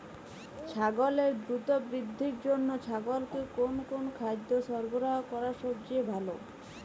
ছাগলের দ্রুত বৃদ্ধির জন্য ছাগলকে কোন কোন খাদ্য সরবরাহ করা সবচেয়ে ভালো?